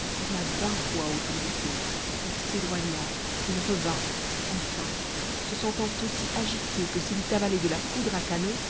il tourna vingt fois autour du feu il s'éloigna il revint enfin se sentant aussi agité que s'il eût avalé de la poudre à canon